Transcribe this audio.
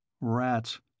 Rats